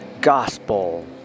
gospel